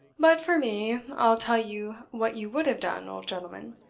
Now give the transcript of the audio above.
but for me, i'll tell you what you would have done, old gentleman.